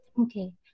okay